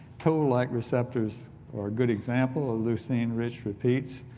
total light receptors are good example of lucine rich repeats